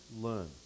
learn